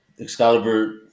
Excalibur